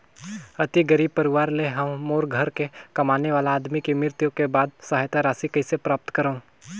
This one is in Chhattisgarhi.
अति गरीब परवार ले हवं मोर घर के कमाने वाला आदमी के मृत्यु के बाद सहायता राशि कइसे प्राप्त करव?